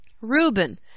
Reuben